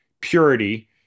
purity